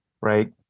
right